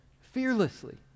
fearlessly